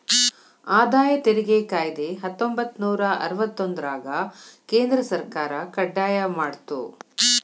ಆದಾಯ ತೆರಿಗೆ ಕಾಯ್ದೆ ಹತ್ತೊಂಬತ್ತನೂರ ಅರವತ್ತೊಂದ್ರರಾಗ ಕೇಂದ್ರ ಸರ್ಕಾರ ಕಡ್ಡಾಯ ಮಾಡ್ತು